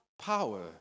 power